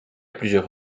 plusieurs